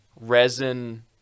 resin